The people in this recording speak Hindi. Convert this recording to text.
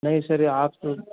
नहीं सर आप तो